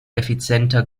effizienter